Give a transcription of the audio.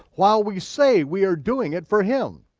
while we say we are doing it for him.